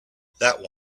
that